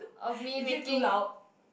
of me making